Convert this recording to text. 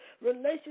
relationship